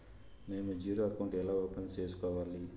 మేము zero account ఎలా open సేసుకోవాలి